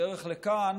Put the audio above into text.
בדרך לכאן